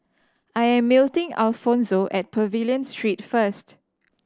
I'm meeting Alfonzo at Pavilion Street first